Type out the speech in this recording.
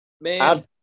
Man